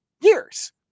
years